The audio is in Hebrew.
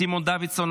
סימון דוידסון,